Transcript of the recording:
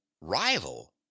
rival